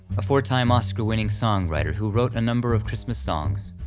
a four-time oscar winning songwriter who wrote a number of christmas songs,